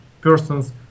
persons